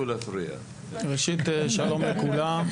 ראשית, שלום לכולם.